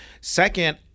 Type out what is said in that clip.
Second